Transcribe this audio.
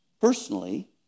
personally